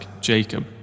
Jacob